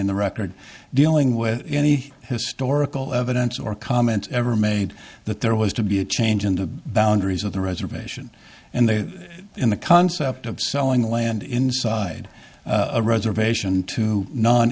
in the record dealing with any historical evidence or comments ever made that there was to be a change in the boundaries of the reservation and the in the concept of selling land inside a reservation to non